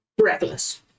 reckless